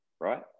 right